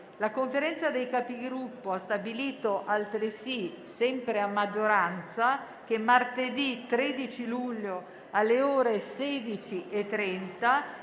La Conferenza dei Capigruppo ha stabilito altresì, sempre a maggioranza, che martedì 13 luglio, alle ore 16,30,